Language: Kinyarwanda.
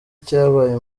cyabaye